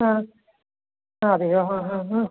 ആ അതെയോ ആ ആ ആ